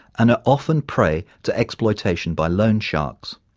and are often prey to exploitation by loan sharks.